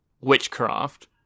witchcraft